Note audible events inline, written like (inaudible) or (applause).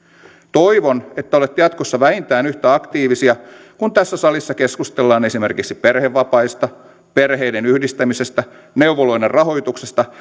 toivon että olette jatkossa vähintään yhtä aktiivisia kun tässä salissa keskustellaan esimerkiksi perhevapaista perheiden yhdistämisestä neuvoloiden rahoituksesta (unintelligible)